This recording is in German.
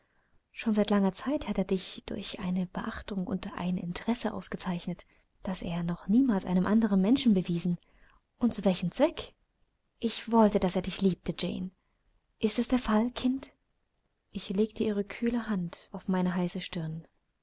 schon seit langer zeit hat er dich durch eine beachtung und ein interesse ausgezeichnet das er noch niemals einem anderen menschen bewiesen und zu welchem zweck ich wollte daß er dich liebte jane ist das der fall kind ich legte ihre kühle hand auf meine heiße stirn